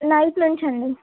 night నుంచి అండి